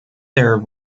there